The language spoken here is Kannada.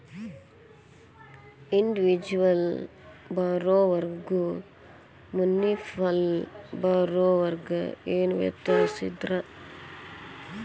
ಇಂಡಿವಿಜುವಲ್ ಬಾರೊವರ್ಗು ಮುನ್ಸಿಪಲ್ ಬಾರೊವರ್ಗ ಏನ್ ವ್ಯತ್ಯಾಸಿರ್ತದ?